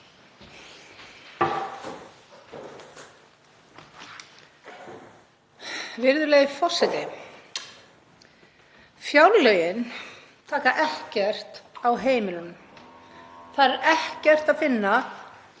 Virðulegi forseti. Fjárlögin taka ekkert á heimilunum. Þar er ekkert að finna